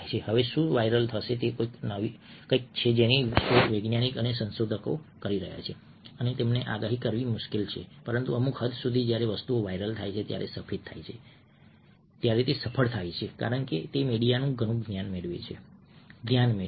હવે શું વાયરલ થશે તે કંઈક છે જેની શોધ વૈજ્ઞાનિકો અને સંશોધકો કરી રહ્યા છે તેની આગાહી કરવી મુશ્કેલ છે પરંતુ અમુક હદ સુધી જ્યારે વસ્તુઓ વાયરલ થાય છે ત્યારે તે સફળ થાય છે કારણ કે તે મીડિયાનું ઘણું ધ્યાન મેળવે છે